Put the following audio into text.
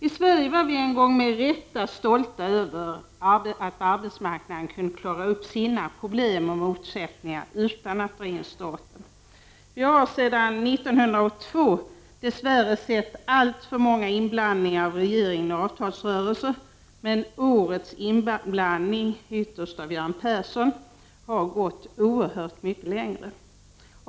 I Sverige var vi en gång med rätta stolta över att arbetsmarknaden kunde klara upp sina problem och motsättningar utan att dra in staten. Vi har sedan 1982 dess värre sett alltför många inblandningar av regeringen i avtalsrörelsen. Men årets inblandning, ytterst av Göran Persson, har gått oerhört mycket längre.